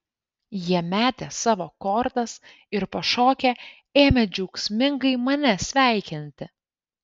jie metė savo kortas ir pašokę ėmė džiaugsmingai mane sveikinti